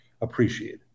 appreciate